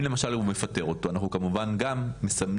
אם למשל הוא מפטר אותו, אנחנו כמובן גם מסמנים.